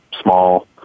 small